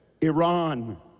Iran